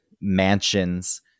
mansions